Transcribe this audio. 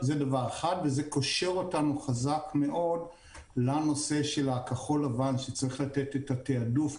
זה קושר אותנו חזק מאוד לנושא של הכחול לבן שצריך לתת את התיעדוף.